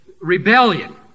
rebellion